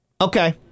Okay